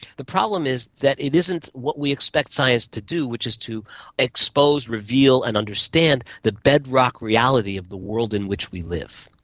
the problem is that it isn't what we expect science to do, which is to expose, reveal and understand the bedrock reality of the world in which we live.